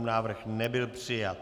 Návrh nebyl přijat.